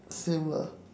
same lah